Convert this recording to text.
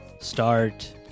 start